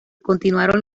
continuaron